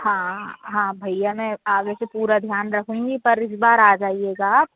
हाँ हाँ भैया मैं आगे से पूरा ध्यान रखूंगी पर इस बार आ जाइएगा आप